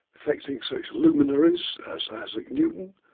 affecting such luminaries as isaac newton,